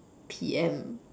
P_M